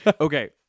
Okay